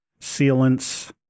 sealants